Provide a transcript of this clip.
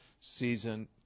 season